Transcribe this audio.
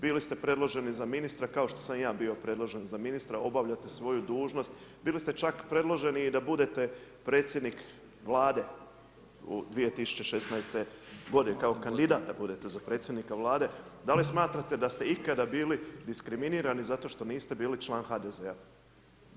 Bili ste predloženi za ministra, kao što sam i ja bio predložen za ministra, obavljate svoju dužnost, bili ste čak predloženi i da budete predsjednik Vlade u 2016. godine, kao kandidat da budete za predsjednika Vlade, da li smatrate da ste ikada bili diskriminirani zato što niste bili član HDZ-a?